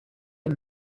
and